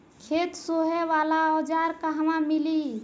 खेत सोहे वाला औज़ार कहवा मिली?